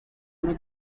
wanna